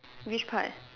which part